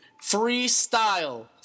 Freestyle